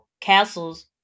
castles